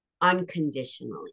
unconditionally